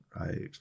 right